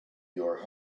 your